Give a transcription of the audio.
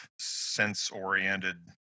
sense-oriented